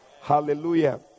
Hallelujah